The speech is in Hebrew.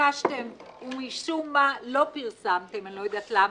ביקשתם ומשום מה לא פרסמתם, אני לא יודעת למה,